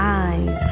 eyes